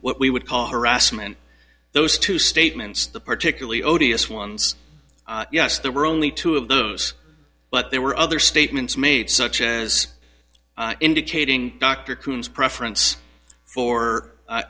what we would call harassment those two statements the particularly odious ones yes there were only two of those but there were other statements made such as indicating dr coombe's preference for